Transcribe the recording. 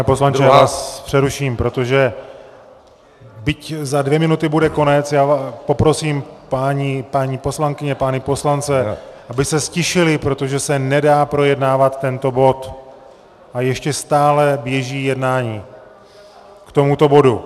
Pane poslanče, já vás přeruším, protože, byť za dvě minuty bude konec, poprosím paní poslankyně, pány poslance, aby se ztišili, protože se nedá projednávat tento bod a ještě stále běží jednání k tomuto bodu.